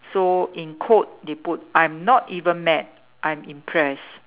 so in quote they put I'm not even mad I'm impressed